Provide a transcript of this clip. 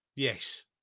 Yes